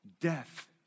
death